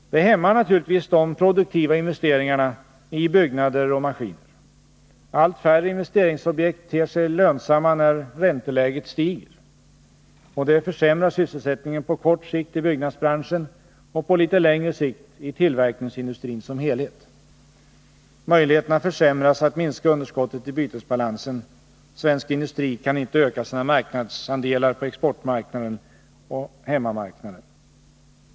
Det hämmar naturligtvis de produktiva investeringarna i byggnader och maskiner. Allt färre investeringsobjekt ter sig lönsamma när ränteläget stiger. Och det försämrar sysselsättningen på kort sikt i byggnadsbranschen och på litet längre sikt i tillverkningsindustrin som helhet. Försämras möjligheterna att minska underskottet i bytesbalansen kan inte svensk industri öka sina marknadsandelar på exportmarknaden och hemmamarknaden.